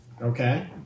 Okay